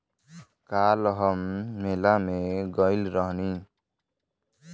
काल्ह हम मेला में गइल रहनी